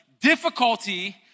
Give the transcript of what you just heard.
Difficulty